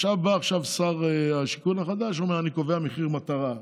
עכשיו בא שר השיכון החדש ואומר: אני קובע מחיר מטרה,